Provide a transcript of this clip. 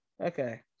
Okay